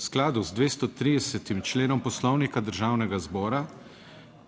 skladu z 230. členom Poslovnika Državnega zbora